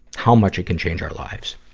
how much it can change our lives.